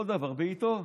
כל דבר בעיתו.